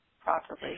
properly